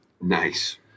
nice